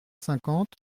cinquante